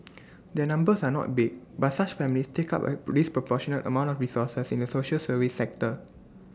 their numbers are not big but such families take up A disproportionate amount of resources in the social service sector